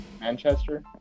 Manchester